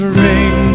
ring